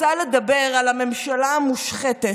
רוצה לדבר על הממשלה המושחתת,